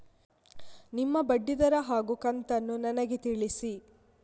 ನಿಮ್ಮ ಬಡ್ಡಿದರ ಹಾಗೂ ಕಂತನ್ನು ನನಗೆ ತಿಳಿಸಿ?